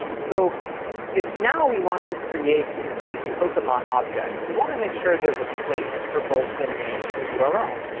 so if now we want to create these pokemon objects, we want to make sure there's a place for both the name and the yeah url.